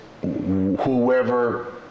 whoever